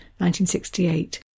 1968